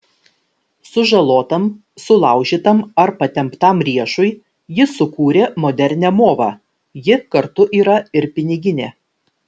sužalotam sulaužytam ar patemptam riešui ji sukūrė modernią movą ji kartu yra ir piniginė